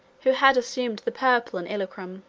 who had assumed the purple in illyricum.